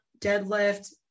deadlift